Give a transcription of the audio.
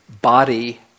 body